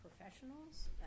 professionals